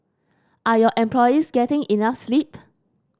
are your employees getting enough sleep